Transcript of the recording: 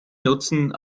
nutzen